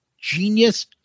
Genius